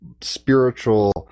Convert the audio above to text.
spiritual